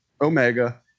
Omega